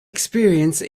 experience